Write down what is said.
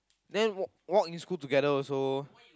then walk in school together also